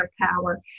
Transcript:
power